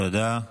תודה.